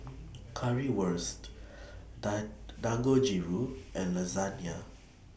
Currywurst Dan Dangojiru and Lasagna